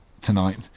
tonight